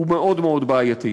הוא מאוד מאוד בעייתי.